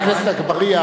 חבר הכנסת אגבאריה,